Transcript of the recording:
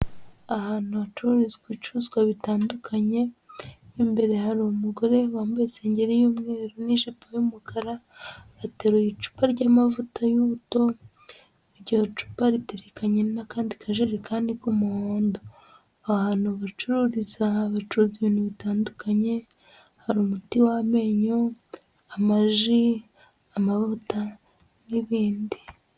ahantu hacururizwa ibicuruzwa bitandukanye imbere hari umugore wambaye isengeri y'umweru n'ijipo y'umukara ateruye icupa ry'amavuta y'ubuto iryocupa ritekanye n'akandi ka jerikani bw'umuhondo ahantu bacururiza bacuruza ibintu bitandukanye hari umuti w'amenyo amaji amavuta n'ibindi.